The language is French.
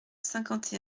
cinquante